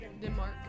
Denmark